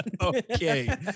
Okay